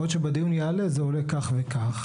יכול להיות שבדיון יעלה, זה עולה כך וכך.